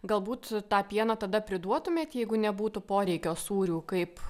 galbūt tą pieną tada priduotumėt jeigu nebūtų poreikio sūrių kaip